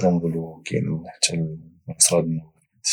نقدروا نقولوا كاينين حتى العشره ديال النوافذ